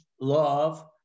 love